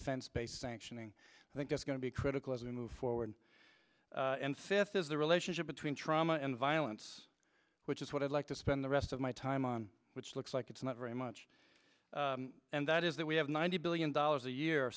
sense based sanctioning i think that's going to be critical as we move forward and sift is the relationship between trauma and violence which is what i'd like to spend the rest of my time on which looks like it's not very much and that is that we have ninety billion dollars a year